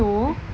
no